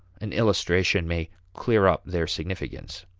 an illustration may clear up their significance.